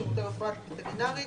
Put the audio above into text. שירותי רפואה וטרינרית,